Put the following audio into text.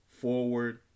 forward